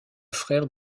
frère